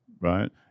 right